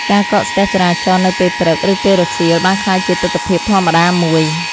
ការកកស្ទះចរាចរណ៍នៅពេលព្រឹកឬពេលរសៀលបានក្លាយជាទិដ្ឋភាពធម្មតាមួយ។